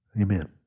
Amen